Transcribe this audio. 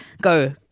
Go